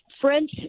french